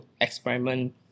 experiment